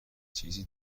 چیزی